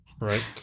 Right